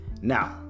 Now